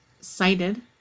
cited